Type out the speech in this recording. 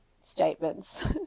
statements